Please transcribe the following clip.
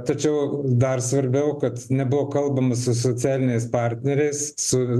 tačiau dar svarbiau kad nebuvo kalbama su socialiniais partneriais su